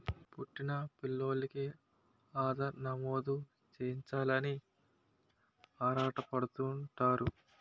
పుట్టిన పిల్లోలికి ఆధార్ నమోదు చేయించాలని ఆరాటపడుతుంటారు